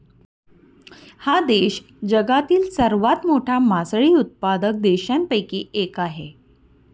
हा देश जगातील सर्वात मोठा मासळी उत्पादक देशांपैकी एक आहे